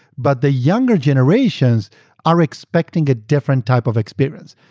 but the younger generations are expecting a different type of experience.